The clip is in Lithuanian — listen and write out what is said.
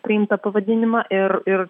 priimtą pavadinimą ir ir